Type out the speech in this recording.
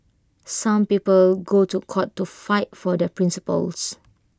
some people go to court to fight for their principles